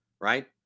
right